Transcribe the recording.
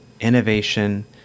innovation